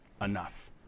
enough